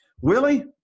Willie